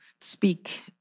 speak